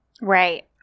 Right